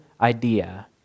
idea